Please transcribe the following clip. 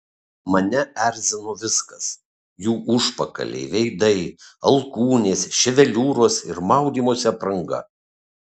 mane erzino viskas jų užpakaliai veidai alkūnės ševeliūros ir maudymosi apranga